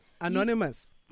anonymous